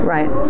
Right